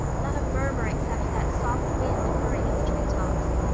not a murmur except that soft wind purring in the treetops!